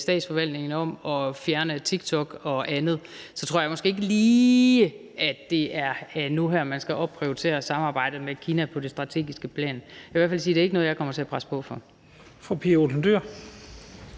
statsforvaltningen om at fjerne TikTok og andet, og så tror jeg måske ikke lige, at det er nu her, man skal opprioritere samarbejdet med Kina på det strategiske plan. Jeg vil i hvert fald sige, at det ikke er noget, jeg kommer til at presse på for.